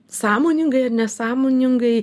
sąmoningai ar nesąmoningai